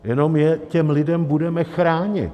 Jenom je těm lidem budeme chránit.